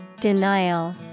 Denial